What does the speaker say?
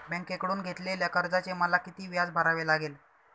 बँकेकडून घेतलेल्या कर्जाचे मला किती व्याज भरावे लागेल?